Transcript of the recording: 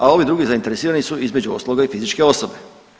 A ovi drugi zainteresiranu su između ostaloga i fizičke osobe.